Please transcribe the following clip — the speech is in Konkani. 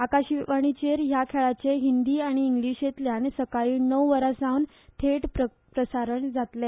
आकाशवाणीचेर ह्या खेळाचे हिंदी आनी इंग्लिशेतल्यान सकाळी णव वरासावन थेट प्रसारण जातले